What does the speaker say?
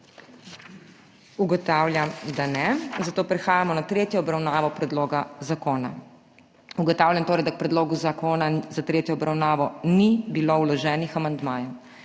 Ugotavljam, da ne. Zato prehajamo na tretjo obravnavo predloga zakona. Ugotavljam torej, da k predlogu zakona za tretjo obravnavo ni bilo vloženih amandmajev.